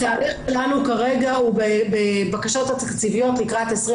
התהליך שלנו כרגע הוא בבקשות התקציביות לקראת 2021,